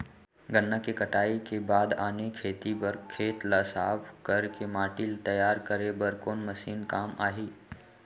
गन्ना के कटाई के बाद आने खेती बर खेत ला साफ कर के माटी ला तैयार करे बर कोन मशीन काम आही?